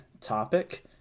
topic